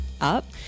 up